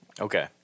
Okay